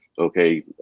Okay